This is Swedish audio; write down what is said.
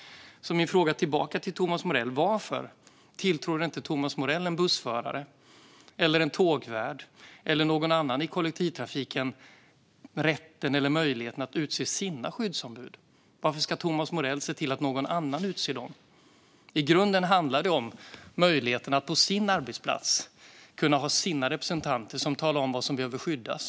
Min fråga tillbaka till Thomas Morell är: Varför tilltror inte Thomas Morell en bussförare, en tågvärd eller någon annan i kollektivtrafiken rätten eller möjligheten att utse sina skyddsombud? Varför ska Thomas Morell se till att någon annan utser dem? I grunden handlar det om möjligheten att på sin arbetsplats ha sina representanter som talar om vad som behöver skyddas.